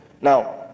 now